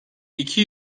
iki